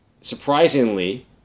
Surprisingly